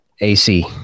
AC